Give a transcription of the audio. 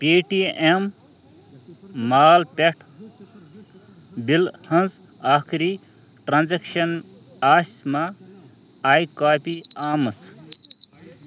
پے T M مال پٮ۪ٹھٕ بِلہِ ہٕنٛز ٲخری ٹرٛانزیکشن آسہِ ما آی کاپی آمٕژ